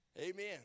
Amen